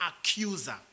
accuser